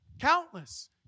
Countless